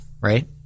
right